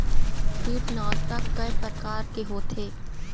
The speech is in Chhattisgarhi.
कीटनाशक कय प्रकार के होथे?